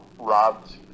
robbed